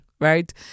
right